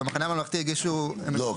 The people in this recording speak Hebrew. במחנה הממלכתי הגישו --- לא,